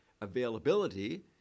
availability